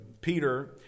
Peter